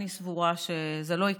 אני סבורה שזה לא יקרה,